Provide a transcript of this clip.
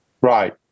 right